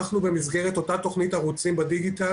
אנחנו במסגרת אותה תכנית ערוצים בדיגיטל